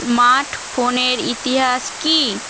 smart ফোনের ইতিহাস কী